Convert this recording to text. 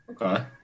Okay